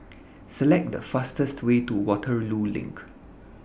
Select The fastest Way to Waterloo LINK